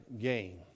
gain